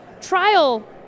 trial